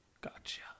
Gotcha